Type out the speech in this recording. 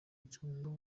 cyangwa